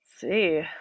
see